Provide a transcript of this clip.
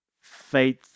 Faith